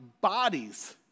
bodies